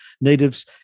natives